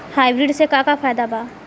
Hybrid से का का फायदा बा?